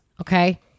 Okay